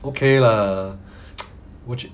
okay lah 我觉